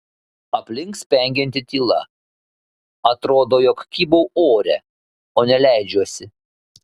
aplink spengianti tyla atrodo jog kybau ore o ne leidžiuosi